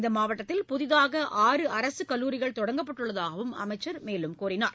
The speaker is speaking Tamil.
இந்த மாவட்டத்தில் புதிதாக ஆறு அரசு கல்லூரிகள் தொடங்கப்பட்டுள்ளதாகவும் அமைச்சர் தெரிவித்தார்